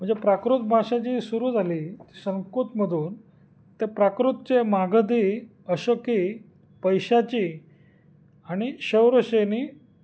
म्हणजे प्राकृत भाषा जी सुरू झाली ती संस्कृतमधून ते प्राकृतचे अगदी अशोकी पैशाची आणि शौरसेनी